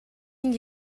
энд